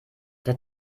der